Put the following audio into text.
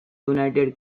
united